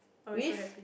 with